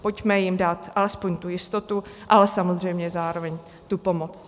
Pojďme jim dát alespoň tu jistotu, ale samozřejmě zároveň i pomoc.